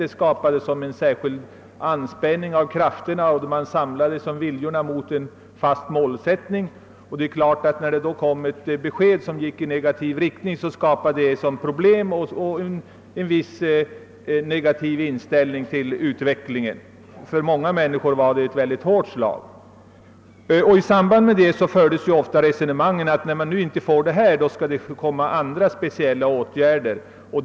Med en kraftanspänning samlade man viljorna mot detta gemensamma mål. Det negativa besked som sedan kom skapade problem; man fick en negativ inställning till utvecklingen. För en mängd människor var detta regeringens besked ett mycket hårt slag. I detta sammanhang resonerade många som så, att när vi inte fick olympiska spelen så måste andra speciella åtgärder vidtagas.